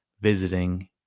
visiting